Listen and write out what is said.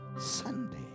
Sunday